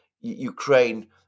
Ukraine